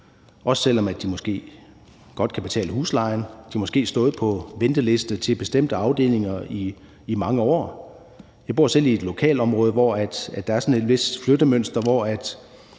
også selv om de måske godt kan betale huslejen. De har måske stået på venteliste til bestemte afdelinger i mange år. Jeg bor selv i et lokalområde, hvor der er sådan et vist flyttemønster, hvor